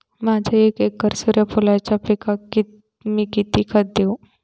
माझ्या एक एकर सूर्यफुलाच्या पिकाक मी किती खत देवू?